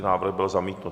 Návrh byl zamítnut.